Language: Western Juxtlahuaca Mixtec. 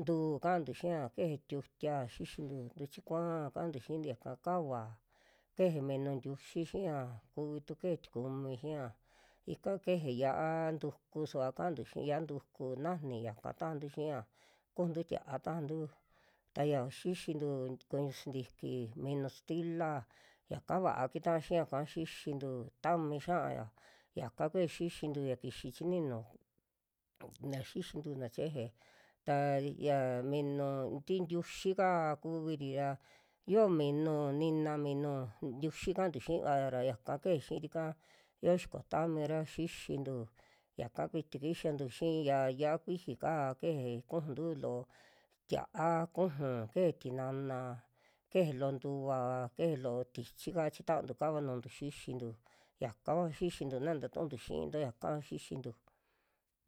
ntu'u ka'antu xia keje tiutia xixintu, ntuchi kuaá kantu xin yaka kavaa keje minu ntiuxi xiaa kuvi tu keje tikumi xiña ika keje yia'a ntuku suva kaantu xii, yia'a ntuku najni yaka tajantu xia kujuntu tia'a tajantu ta ya xixintu t- kuñu sintiki minu sitila yaka vaa kita'a xiaka xixintu tami xia'aya, yaka kuyia xixintu ya kixi chi ninu xixintu na cheje, ta ya minu ti ntiuxi'ka kuviri ra, yio minu nina minu ntuixi ka'antu xiivaya ra yaka keje xiiri'ka yio xiko tami'ra xixintu, yaka kuiti kixantu xii ya yia'a kuiji'ka keje kijuntu loo tia'a, kujun keje tinana keje loo ntuvaa, keje loo tichi'ka chitaantu kava nuuntu xixintu yakava xixintu na nta tu'untu xiinto, yaaka xixintu.